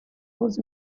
was